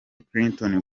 clinton